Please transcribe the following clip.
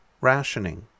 rationing